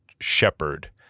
shepherd